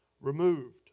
removed